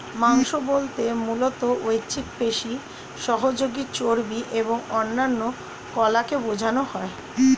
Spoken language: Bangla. মাংস বলতে মূলত ঐচ্ছিক পেশি, সহযোগী চর্বি এবং অন্যান্য কলাকে বোঝানো হয়